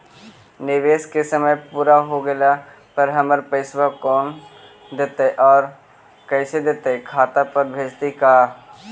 निवेश के समय पुरा हो गेला पर हमर पैसबा कोन देतै और कैसे देतै खाता पर भेजतै का?